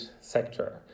sector